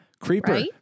Creeper